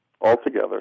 altogether